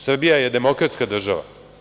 Srbija je demokratska država.